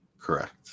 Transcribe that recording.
Correct